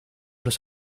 los